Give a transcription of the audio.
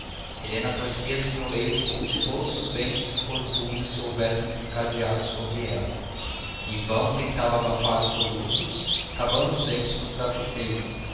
como se todos os ventos do infortúnio se houvessem desencadeado sobre ela em vão tentava abafar os soluços cravando os dentes no travesseiro